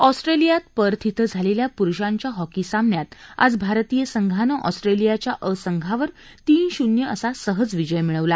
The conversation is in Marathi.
ऑस्ट्रेलियात पर्थ इथं झालेल्या पुरुषांच्या हॉकी सामन्यात आज भारतीय संघानं ऑस्ट्रेलियाच्या अ संघावर तीन शून्य असा सहज विजय मिळवला